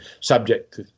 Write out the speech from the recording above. subject